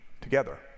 together